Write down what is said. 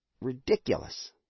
ridiculous